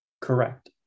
correct